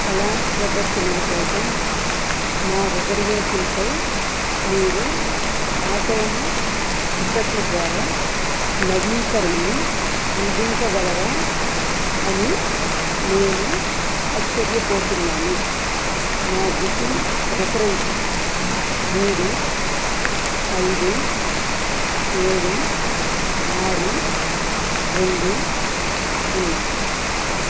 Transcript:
కళా ప్రదర్శనల కోసం నా రిజర్వేషన్పై మీరు ఆటోమ టిక్కెట్ల ద్వారా నవీకరణను అందించగలరా అని నేను ఆశ్చర్యపోతున్నాను నా బుకింగ్ రిఫరెన్స్ మూడు ఐదు ఏడు ఆరు రెండు సున్నా